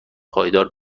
پایدار